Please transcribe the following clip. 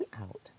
out